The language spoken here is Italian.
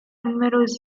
numerose